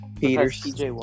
Peters